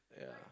yeah